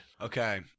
Okay